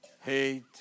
hate